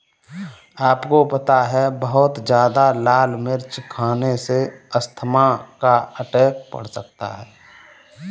आपको पता है बहुत ज्यादा लाल मिर्च खाने से अस्थमा का अटैक पड़ सकता है?